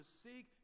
seek